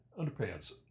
underpants